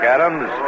Adams